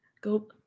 Go